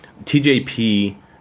TJP